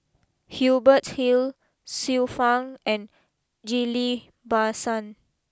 Hubert Hill Xiu Fang and Ghillie Basan